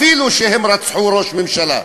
אפילו שהם רצחו ראש ממשלה,